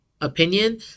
opinion